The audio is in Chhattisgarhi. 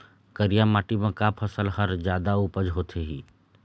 करिया माटी म का फसल हर जादा उपज होथे ही?